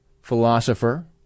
philosopher